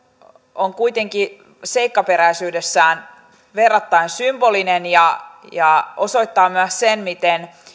on kuitenkin seikkaperäisyydessään verrattain symbolinen ja ja osoittaa myös sen miten